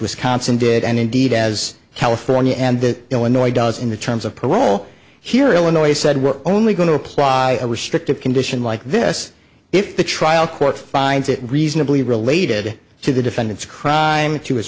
wisconsin did and indeed as california and illinois does in the terms of parole here illinois said we're only going to apply a restrictive condition like this if the trial court finds it reasonably related to the defendant's crime to his